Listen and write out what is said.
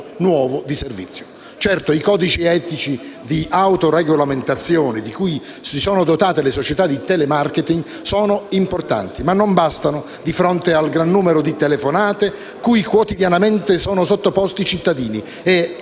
Certo, i codici etici di autoregolamentazione, di cui si sono dotate le società di telemarketing, sono importanti, ma non bastano di fronte al gran numero di telefonate cui quotidianamente sono sottoposti i cittadini